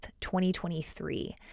2023